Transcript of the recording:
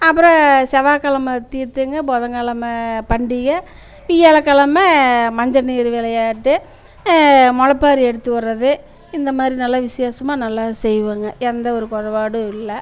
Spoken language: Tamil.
அப்புறம் செவ்வாக்கிழமை தீர்த்தங்க புதன்கெழமை பண்டிகை வியாழக்கெழமை மஞ்சள் நீர் விளையாட்டு முளப்பாரி எடுத்துவிட்றது இந்த மாதிரி நல்லா விசேஷமாக நல்லா செய்வோங்க எந்த ஒரு கொறபாடும் இல்லை